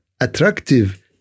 attractive